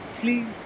please